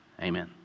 amen